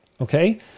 okay